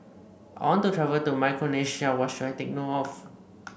I want to travel to Micronesia what should I take note of